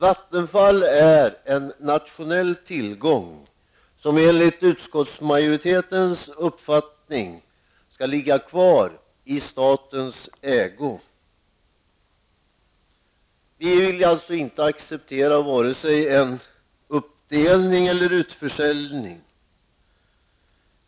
Vattenfall är en nationell tillgång som enligt utskottsmajoritetens uppfattning skall ligga kvar i statens ägo. Vi vill inte acceptera vare sig en uppdelning eller en försäljning.